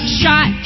shot